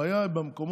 הבעיה היא במקומות